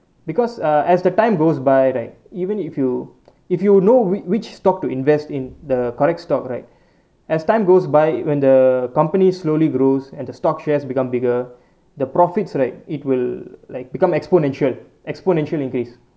because as the time goes by right even if you if you know which stock to invest in the correct stock right as time goes by when the company slowly grows and the stock shares become bigger the profits right it will like become exponential exponential increase